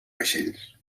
vaixells